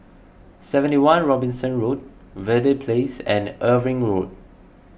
seventy one Robinson Road Verde Place and Irving Road